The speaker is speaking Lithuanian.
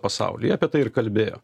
pasaulį apie tai ir kalbėjo